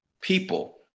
people